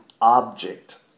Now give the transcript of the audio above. object